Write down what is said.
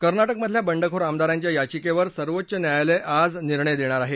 कर्नाटकमधल्या बंडखोर आमदारांच्या याचिकेवर सर्वोच्च न्यायालय आज निर्णय देणार आहे